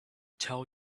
tell